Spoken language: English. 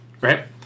right